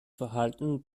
verhalten